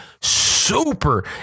super